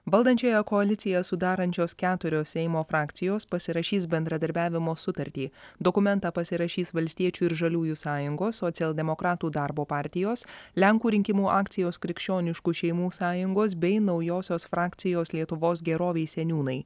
valdančiąją koaliciją sudarančios keturios seimo frakcijos pasirašys bendradarbiavimo sutartį dokumentą pasirašys valstiečių ir žaliųjų sąjungos socialdemokratų darbo partijos lenkų rinkimų akcijos krikščioniškų šeimų sąjungos bei naujosios frakcijos lietuvos gerovei seniūnai